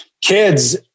kids